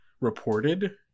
reported